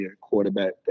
quarterback